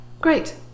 Great